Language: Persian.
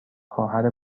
خواهر